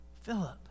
Philip